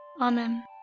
Amen